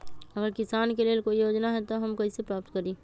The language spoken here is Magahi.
अगर किसान के लेल कोई योजना है त हम कईसे प्राप्त करी?